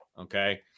okay